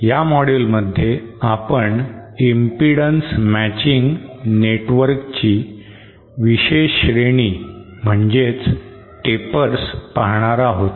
या मोड्युलमध्ये आपण इम्पीडन्स मॅचिंग नेटवर्कची विशेष श्रेणी म्हणजेच टेपर्स आहोत